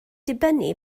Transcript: dibynnu